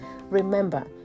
remember